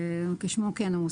כשמו כן הוא.